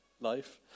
life